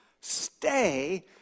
stay